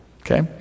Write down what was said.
Okay